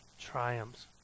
triumphs